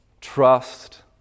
trust